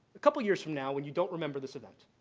a couple years from now when you don't remember this event,